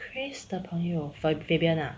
chris 的朋友 fa~ fabian lah